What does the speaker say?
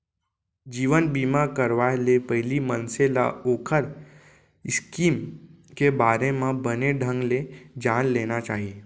जीवन बीमा करवाय ले पहिली मनसे ल ओखर स्कीम के बारे म बने ढंग ले जान लेना चाही